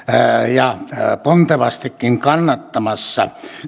ja pontevastikin kannattamassa